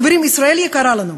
חברים, ישראל יקרה לנו.